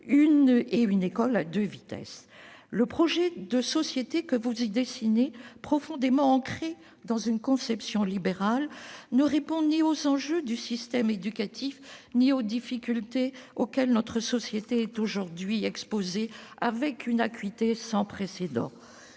d'une école à deux vitesses. Le projet de société que vous y dessinez, profondément ancré dans une conception libérale, ne répond ni aux enjeux du système éducatif ni aux difficultés auxquelles notre société est aujourd'hui exposée avec une acuité sans précédent.